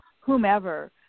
whomever